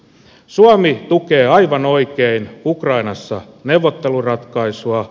suomi tukee aivan oikein ukrainassa neuvotteluratkaisua